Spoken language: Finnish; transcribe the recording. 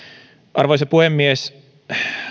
arvoisa puhemies